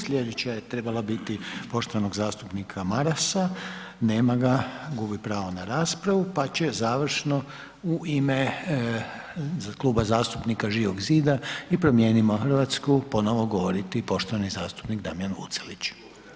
Sljedeća je trebala biti poštovanog zastupnika Marasa, nema ga, gubi pravo na raspravu pa će završno u ime Kluba zastupnika Živog zida i Promijenimo Hrvatsku ponovo govoriti poštovani zastupnik Damjan Vucelić.